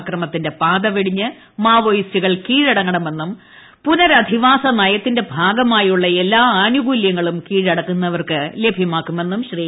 അക്രമത്തിന്റെ പാത വെടിഞ്ഞ് മാവോയിസ്റ്റുകൾ കീഴടങ്ങണമെന്നും പുനരധിവാസ നയത്തിന്റെ ഭാഗമായുള്ള എല്ലാ ആനുകൂല്യങ്ങളും കീഴടങ്ങുന്നവർക്ക് ലഭ്യമാക്കുമെന്നും ശ്രീ